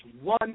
one